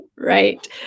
Right